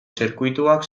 zirkuituak